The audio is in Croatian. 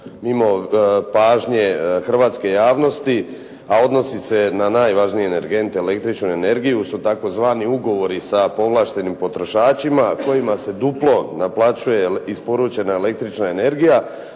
mimo pažnje hrvatske javnosti, a odnosi se na najvažnije energente električnu energiju su tzv. ugovori sa povlaštenim potrošačima, a kojima se duplo naplaćuje isporučena električna energija,